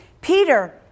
Peter